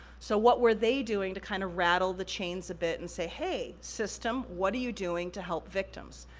so what were they doing to kinda kind of rattle the chains a bit and say, hey, system, what are you doing to help victims?